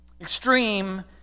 extreme